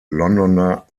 londoner